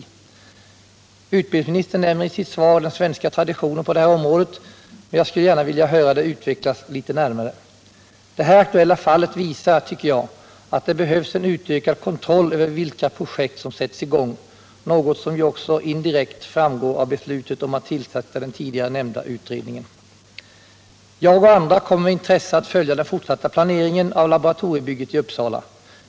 39 Utbildningsministern nämner i sitt svar den svenska traditionen på det här området, men jag skulle gärna vilja höra synpunkterna utvecklas litet närmare. Det här aktuella fallet visar, tycker jag, att det behövs en utökad kontroll över vilka projekt som sätts i gång, något som ju också — indirekt — framgår av beslutet om att tillsätta den tidigare nämnda utredningen. Jag och andra kommer med intresse att följa den fortsatta planeringen av laboratoriebygget i Uppsala.